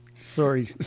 Sorry